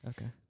Okay